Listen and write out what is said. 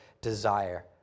desire